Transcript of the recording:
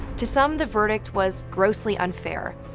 to some, the verdict was grossly unfair.